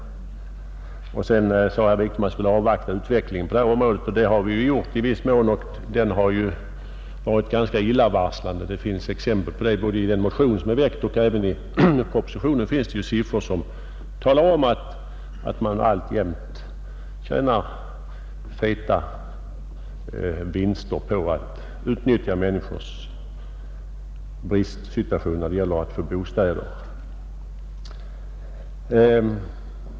Herr Wiklund ansåg att vi borde avvakta utvecklingen på detta område. Det har vi redan i viss mån gjort, och utvecklingen har ju varit ganska illavarslande, Både i motionen på denna punkt och i propositionen finns siffror som visar att det fortfarande görs feta vinster på grund av bristsituationen på bostadsmarknaden.